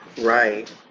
Right